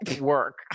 work